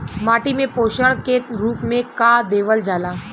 माटी में पोषण के रूप में का देवल जाला?